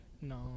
No